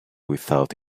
without